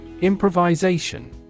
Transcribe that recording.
Improvisation